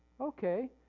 okay